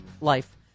life